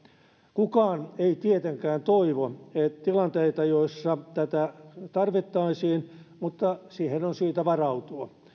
kukaan ei tietenkään toivo tilanteita joissa tätä tarvittaisiin mutta siihen on syytä varautua